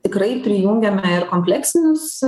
tikrai prijungiame ir kompleksinius